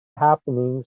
happenings